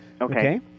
Okay